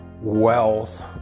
wealth